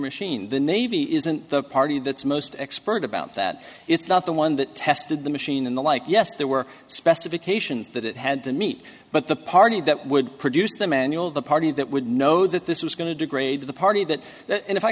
machine the navy isn't the party that's most expert about that it's not the one that tested the machine and the like yes there were specifications that it had to meet but the party that would produce the manual the party that would know that this was going to degrade the party that